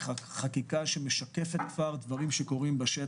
חקיקה שמשקפת כבר דברים שקורים בשטח,